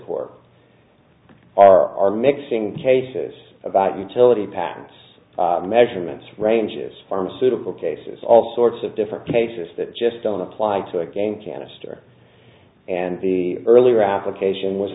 court are mixing cases about utility patents measurements ranges pharmaceutical cases all sorts of different cases that just don't apply to a game canister and the earlier application was